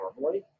normally